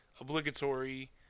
obligatory